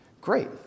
great